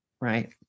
Right